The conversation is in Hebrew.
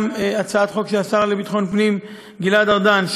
וגם הצעת חוק של השר לביטחון פנים גלעד ארדן,